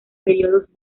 períodos